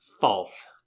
False